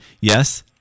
Yes